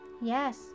yes